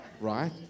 Right